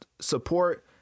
support